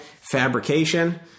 Fabrication